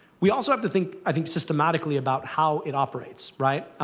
we also have to think, i think, systematically about how it operates, right.